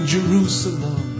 Jerusalem